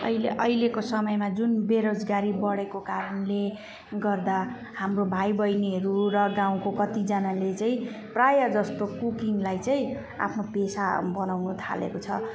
अहिले अहिलेको समयमा जुन बेरोजगारी बढेको कारणले गर्दा हाम्रो भाइबहिनीहरू र गाउँको कतिजनाले चाहिँ प्रायःजस्तो कुकिङलाई चाहिँ आफ्नो पेसा बनाउनथालेको छ